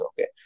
okay